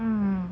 um